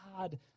God